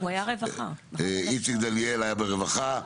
איציק דניאל היה ברווחה,